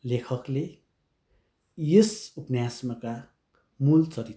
लेखकले यस उपन्यासमाका मूल चरित्र